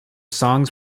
songs